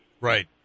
Right